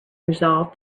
resolved